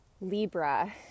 libra